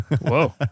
Whoa